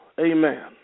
Amen